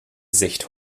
sicht